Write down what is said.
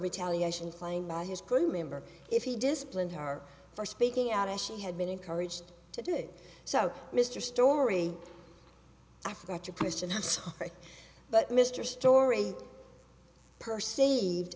retaliation claim by his crew member if he disciplined her for speaking out as she had been encouraged to do so mr story i forgot your question i'm sorry but mr story perceived